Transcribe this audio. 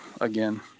again